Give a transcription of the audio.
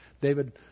David